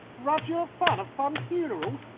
rudyard funn, of funn funerals,